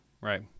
right